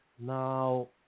Now